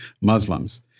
Muslims